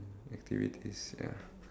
activities ya